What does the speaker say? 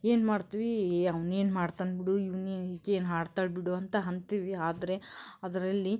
ಏನು ಮಾಡ್ತೀವಿ ಎ ಅವ್ನೇನು ಮಾಡ್ತಾನೆ ಬಿಡು ಇವ್ನು ಈಕೆ ಏನು ಹಾಡ್ತಾಳೆ ಬಿಡು ಅಂತ ಅಂತೀವಿ ಆದರೆ ಅದರಲ್ಲಿ